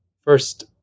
first